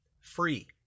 free